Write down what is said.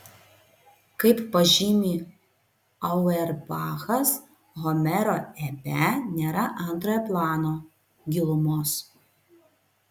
kaip pažymi auerbachas homero epe nėra antrojo plano gilumos